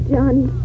Johnny